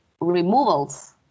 Removals